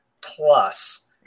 plus